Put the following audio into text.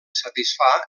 satisfà